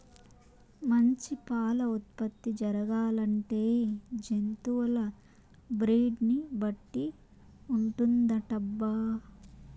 మంచి పాల ఉత్పత్తి జరగాలంటే జంతువుల బ్రీడ్ ని బట్టి ఉంటుందటబ్బా